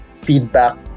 feedback